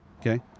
okay